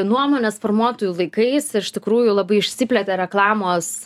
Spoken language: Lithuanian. nuomonės formuotojų laikais iš tikrųjų labai išsiplėtė reklamos